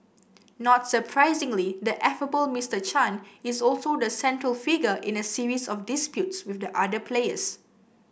not surprisingly the affable Mister Chan is also the central figure in a series of disputes with the other players